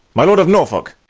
my lord of norfolk